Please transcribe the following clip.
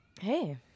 Hey